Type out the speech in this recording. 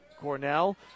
Cornell